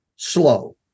slow